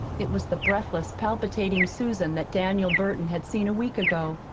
it was the breathless, palpitating susan that daniel burton had seen a week ago,